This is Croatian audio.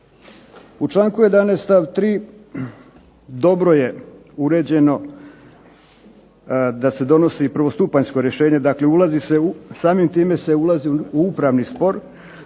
U članku 11. stav 3. dobro je uređeno da se donosi prvostupanjsko rešenje, dakle samim time se ulazi u upravni spor,